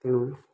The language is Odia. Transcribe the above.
ତେଣୁ